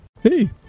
Hey